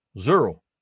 Zero